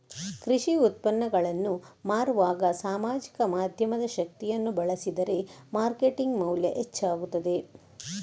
ಕೃಷಿ ಉತ್ಪನ್ನಗಳನ್ನು ಮಾರುವಾಗ ಸಾಮಾಜಿಕ ಮಾಧ್ಯಮದ ಶಕ್ತಿಯನ್ನು ಬಳಸಿದರೆ ಮಾರ್ಕೆಟಿಂಗ್ ಮೌಲ್ಯ ಹೆಚ್ಚಾಗುತ್ತದೆ